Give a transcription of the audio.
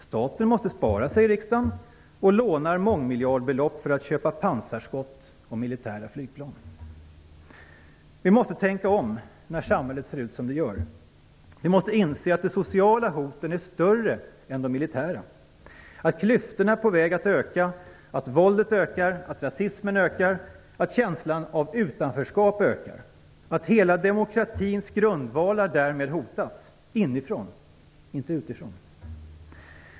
Staten måste spara, säger riksdagen och lånar mångmiljardbelopp för att köpa pansarskott och militära flygplan. Vi måste tänka om när samhället ser ut som det gör. Vi måste inse att de sociala hoten är större än de militära, att klyftorna är på väg att öka, att våldet ökar, att rasismen ökar, att känslan av utanförskap ökar och att hela demokratins grundvalar därmed hotas - inifrån, inte utifrån.